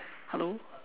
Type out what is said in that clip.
hello